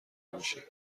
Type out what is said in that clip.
نمیشه